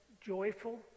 joyful